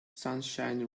sunshine